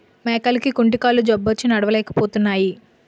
మేకలకి కుంటుకాలు జబ్బొచ్చి నడలేపోతున్నాయి